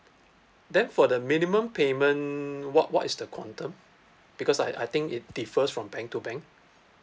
then for the minimum payment what what is the quantum because I I think it differs from bank to bank